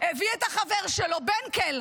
הביא את החבר שלו בנקל.